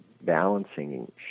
balancing